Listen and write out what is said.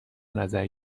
نظر